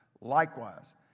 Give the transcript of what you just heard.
Likewise